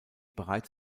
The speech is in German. bereits